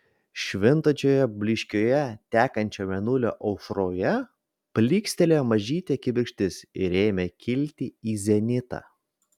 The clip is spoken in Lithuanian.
švintančioje blyškioje tekančio mėnulio aušroje plykstelėjo mažytė kibirkštis ir ėmė kilti į zenitą